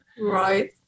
Right